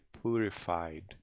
purified